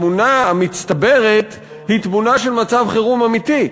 התמונה המצטברת היא תמונה של מצב חירום אמיתי,